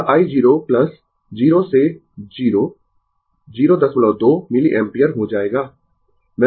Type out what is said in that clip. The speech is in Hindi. यह i 0 0 से 0 02 मिलिएम्पियर हो जाएगा